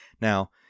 Now